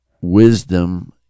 wisdom